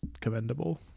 commendable